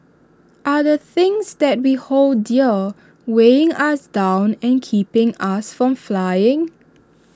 are the things that we hold dear weighing us down and keeping us from flying